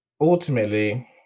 ultimately